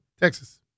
Texas